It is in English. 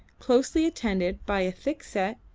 closely attended by a thick-set,